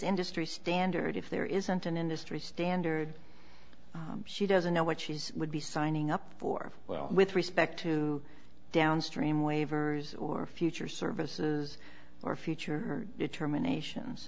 industry standard if there isn't an industry standard she doesn't know what she's would be signing up for well with respect to downstream waivers or future services or future determinations